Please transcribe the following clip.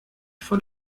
von